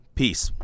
peace